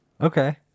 Okay